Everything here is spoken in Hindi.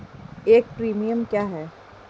एक प्रीमियम क्या है?